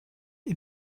est